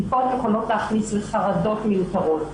בדיקות יכולות להכניס לחרדות מיותרת,